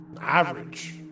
average